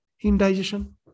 indigestion